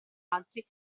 altri